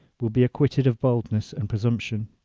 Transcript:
will be acquitted of boldness and presumption.